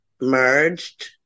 merged